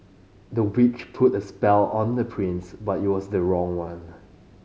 the witch put a spell on the prince but it was the wrong one